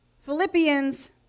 Philippians